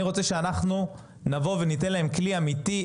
אני רוצה שאנחנו נבוא וניתן להם כלי אמיתי,